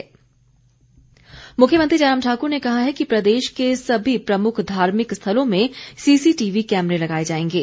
मुख्यमंत्री मुख्यमंत्री जयराम ठाकुर ने कहा है कि प्रदेश के सभी प्रमुख धार्मिक स्थलों में सीसीटीवी कैमरें लगाए जाएंगे